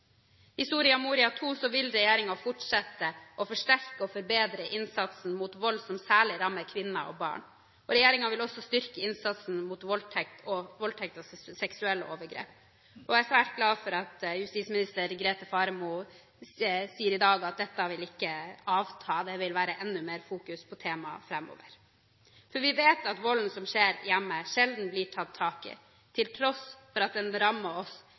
I Soria Moria II vil regjeringen fortsette, forsterke og forbedre innsatsen mot vold som særlig rammer kvinner og barn, og regjeringen vil også styrke innsatsen mot voldtekt og seksuelle overgrep. Jeg er svært glad for at justisminister Grete Faremo i dag sier at dette vil ikke avta, det vil være enda mer fokus på temaet framover. Vi vet at volden som skjer hjemme, sjelden blir tatt tak i, til tross for at den rammer oss